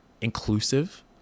inclusive